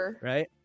Right